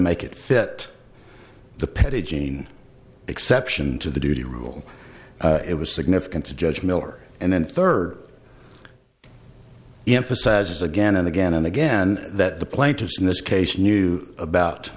make it fit the pigeon exception to the duty rule it was significant to judge miller and then third emphasize again and again and again that the plaintiffs in this case knew about